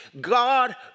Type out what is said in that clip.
God